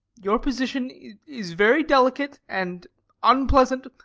your position is very delicate and unpleasant,